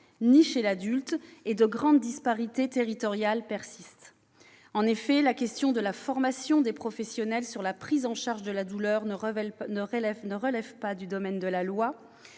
ni chez l'adulte. Et de grandes disparités territoriales persistent. En effet, la question de la formation des professionnels sur la prise en charge de la douleur ne relève pas du domaine de la loi.